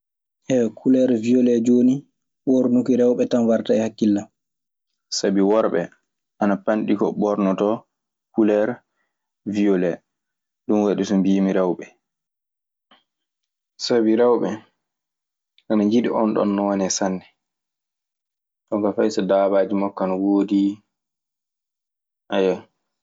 kuleer wiolet jooni, uurnuki rewɓe tan warta e hakkille an. Sabi worɓe ana panɗi ko ɓoornotoo kuleer wiolet. Ɗun waɗi so mbiimi rewɓe. Sabi rewɓe ana njiɗi onɗon noone sanne. Jonka fay so daabaaji makko ana woodi.